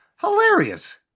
Hilarious